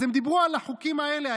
אז הם דיברו על החוקים האלה,